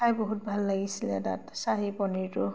খাই বহুত ভাল লাগিছিলে তাত চাহী পনীৰটো